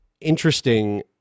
interesting